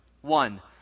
One